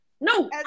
No